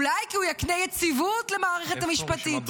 אולי כי הוא יקנה יציבות למערכת המשפטית,